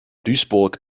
duisburg